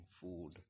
food